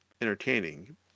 entertaining